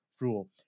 rule